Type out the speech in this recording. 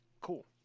Cool